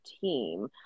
team